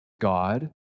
God